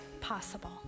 possible